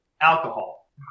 Alcohol